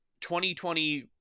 2020